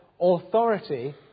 authority